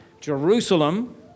Jerusalem